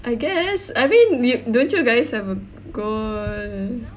I guess I mean yo~ don't you guys have a goal